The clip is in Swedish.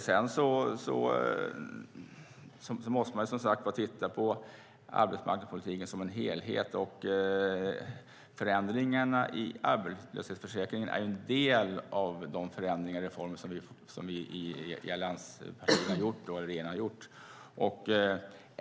Sedan måste man som sagt titta på arbetsmarknadspolitiken som en helhet, och förändringarna i arbetslöshetsförsäkringen är en del av de förändringar och reformer som vi i allianspartierna och regeringen har gjort.